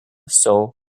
sol